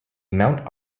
mount